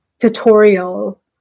tutorial